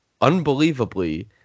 unbelievably